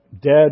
dead